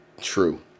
true